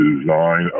design